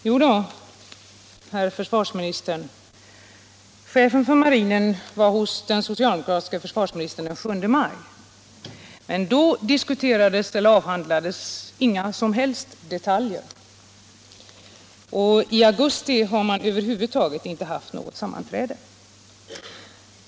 Herr talman! Jodå, herr försvarsminister, chefen för marinen var hos den socialdemokratiska försvarsministern den 7 maj förra året, men då avhandlades inga som helst detaljer, och i augusti hade man över huvud taget inget sammanträde!